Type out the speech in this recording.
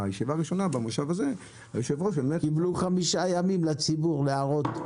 נתנו חמישה ימים לציבור להראות,